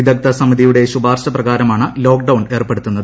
വിദഗ്ദ്ധ സമിതിയുടെ ശുപാർശ പ്രകാരമാണ് ലോക്ക്ഡൌൺ ഏർപ്പെടുത്തുന്നത്